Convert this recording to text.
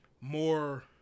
more